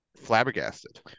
Flabbergasted